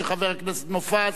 של חבר הכנסת מופז,